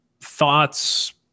thoughts